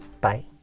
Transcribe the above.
Bye